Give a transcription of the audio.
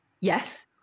Yes